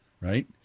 right